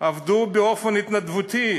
עבדו בהתנדבות,